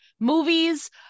movies